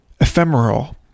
ephemeral